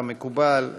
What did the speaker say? כמקובל,